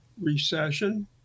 recession